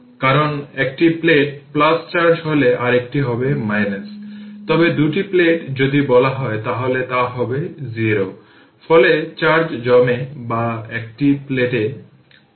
কারণ একটি plate charge হলে আরেকটি হবে তবে দুটি প্লেট যদি বলা হয় তাহলে তা হবে 0 ফলে চার্জ জমে বা একটি প্লেট ক্যাপাসিটরে জমা হয়